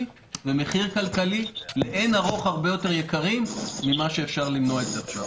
ומחיר כלכלי לאין ערוך הרבה יותר יקר ממה שאפשר למנוע עכשיו.